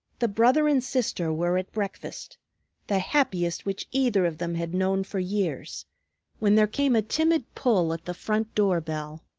the brother and sister were at breakfast the happiest which either of them had known for years when there came a timid pull at the front-door bell.